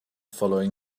following